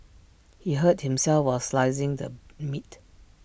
he hurt himself while slicing the meat